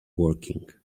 working